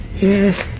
Yes